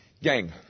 Gang